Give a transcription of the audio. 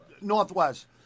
Northwest